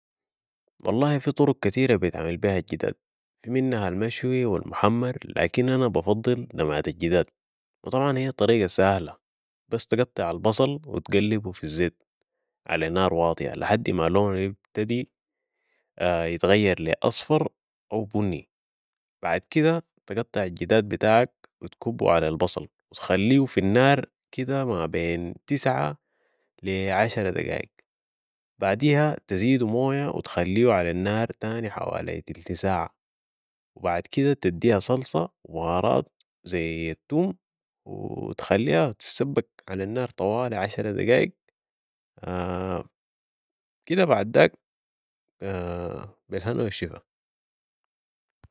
والله في طرق كتيرة بيتعمل بيها الجداد في منها المشوي و المحمر لكن انا بفضل دمعة الجداد و طبعاً هي طريقة ساهلة بس تقطِّع البصل و تقلّبه في الزيت على النار واطية لحدي ما لونه يبتدي يتغير لاصفر او بني بعد كدة تقطع الجداد بتاعك و تكبه على البصل و تخليه في النار كده ما بين تسعة لي عشرة دقايق بعديها تذيدو موية و تخليو على النار تاني حوالي تلت ساعة و بعد كدة تديها صلصة و بهارات زي التوم و تخليها تتسبك على النار طوالي عشرة دقايق كدة بعداك بالهنا و الشفا